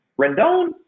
Rendon